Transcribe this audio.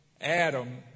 Adam